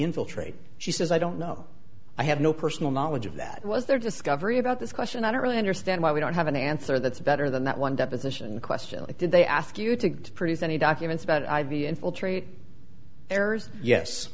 infiltrate she says i don't know i have no personal knowledge of that was there discovery about this question i don't really understand why we don't have an answer that's better than that one deposition question did they ask you to produce any documents about i v infiltrate errors yes